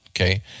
Okay